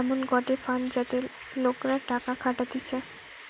এমন গটে ফান্ড যাতে লোকরা টাকা খাটাতিছে